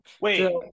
Wait